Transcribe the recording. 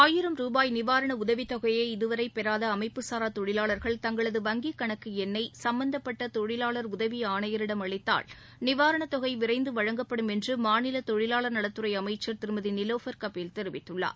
ஆயிரம் ரூபாய் நிவாரண உதவித்தொகையை இதுவரை பெறாத அமைப்புசாரா தொழிலாளா்கள் தங்களது வங்கிக் கணக்கு எண்ணை சம்பந்தப்பட்ட தொழிலாளர் உதவி ஆணையரிடம் அளித்தால் நிவாரணத்தொகை விரைந்து வழங்கப்படும் என்று மாநில தொழிலாளர் நலத்துறை அமைச்சர் திருமதி நிலோஃபர் கபில் தெரிவித்துள்ளார்